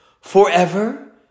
forever